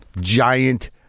Giant